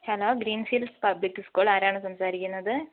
hello Greenhills public school ആരാണ് സംസാരിക്കുന്നത്